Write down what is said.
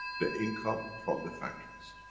the income from the factories.